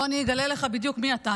בוא אני אגלה לך בדיוק מי אתה,